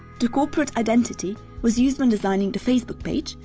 the corporate identity was used when designing the facebook page,